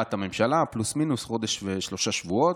להשבעת הממשלה, פלוס-מינוס, חודש ושלושה שבועות,